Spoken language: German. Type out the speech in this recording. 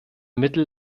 mittel